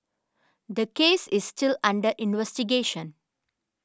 the case is still under investigation